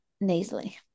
nasally